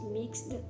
mixed